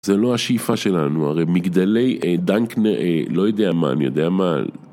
זה לא השאיפה שלנו, הרי מגדלי דנקנר לא יודע מה, אני יודע מה